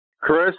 Chris